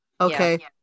Okay